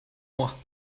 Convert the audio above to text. moi